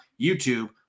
YouTube